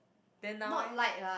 then now eh